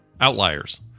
outliers